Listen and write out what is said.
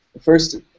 first